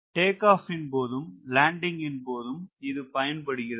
take off ன் போதும் landing ன் போதும் இது பயன்படுகிறது